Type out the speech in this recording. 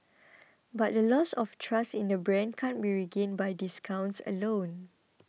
but the loss of trust in the brand can't be regained by discounts alone